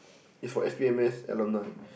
is for S B M mass alumni